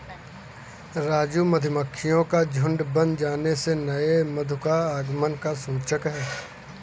राजू मधुमक्खियों का झुंड बन जाने से नए मधु का आगमन का सूचक है